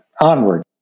Onward